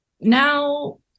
now